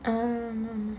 uh mm mm